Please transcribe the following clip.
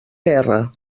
guerra